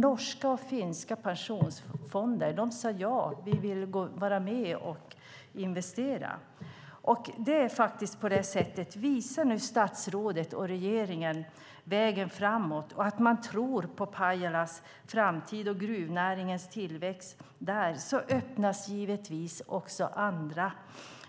Norska och finska pensionsfonder sade ja till att vara med och investera. Visa nu, statsrådet och regeringen, vägen framåt och att ni tror på Pajalas framtid och gruvnäringens tillväxt. Då öppnas givetvis också andra